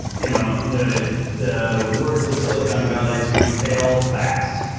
you know in the the words of silicon valley, to fail fast.